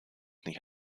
nicht